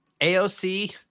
AOC